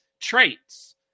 traits